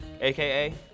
AKA